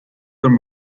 their